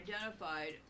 identified